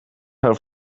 her